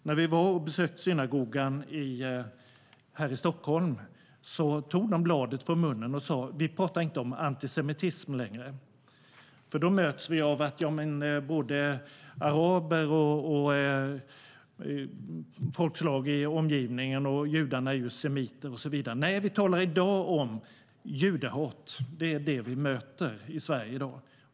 När vi besökte synagogan i Stockholm tog man bladet från munnen och sa: Vi talar inte längre om antisemitism, för då möts vi av att både araber och andra folkslag i omgivningen, även judar, är semiter. Nej, vi talar om judehat. Det är det vi möter i Sverige i dag.